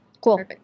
Cool